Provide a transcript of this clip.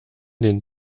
den